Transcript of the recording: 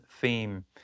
theme